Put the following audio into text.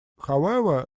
however